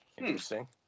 Interesting